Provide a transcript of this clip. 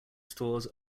stores